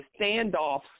Standoffs